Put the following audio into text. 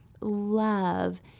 love